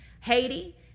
Haiti